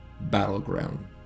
battleground